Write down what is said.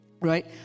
Right